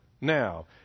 Now